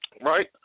Right